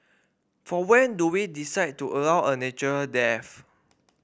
for when do we decide to allow a natural death